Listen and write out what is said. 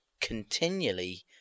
continually